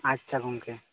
ᱟᱪᱪᱷᱟ ᱜᱚᱢᱠᱮ